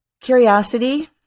Curiosity